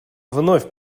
вновь